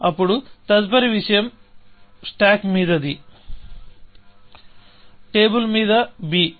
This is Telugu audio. అప్పుడు తదుపరి విషయం స్టాక్ మీదది టేబుల్ మీద b